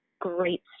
great